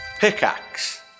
Pickaxe